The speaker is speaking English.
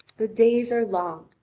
the days are long.